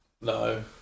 No